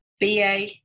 BA